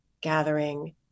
gathering